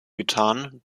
getan